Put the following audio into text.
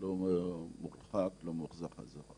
לא מורחק, לא מוחזר חזרה